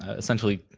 ah essentially,